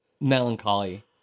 melancholy